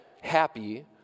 happy